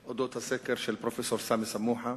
על אודות הסקר של פרופסור סמי סמוחה.